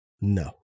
No